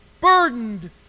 Burdened